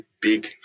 big